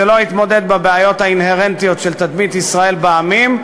זה לא יתמודד עם הבעיות האינהרנטיות של תדמית ישראל בעמים,